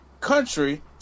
country